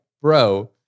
bro